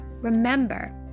Remember